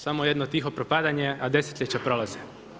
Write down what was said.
Samo jedno tiho propadanje, a desetljeća prolaze.